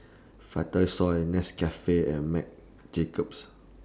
Vitasoy Nescafe and Marc Jacobs